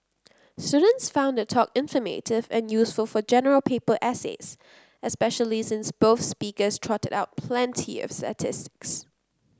students found the talk informative and useful for General Paper essays especially since both speakers trotted out plenty of statistics